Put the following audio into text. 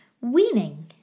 weaning